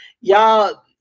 y'all